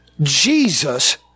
Jesus